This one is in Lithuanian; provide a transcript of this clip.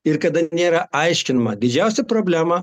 ir kada nėra aiškinama didžiausia problema